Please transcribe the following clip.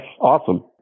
Awesome